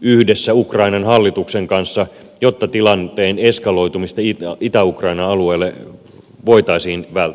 yhdessä ukrainan hallituksen kanssa jotta tilanteen eskaloitumista itä ukrainan alueelle voitaisiin välttää